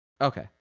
Okay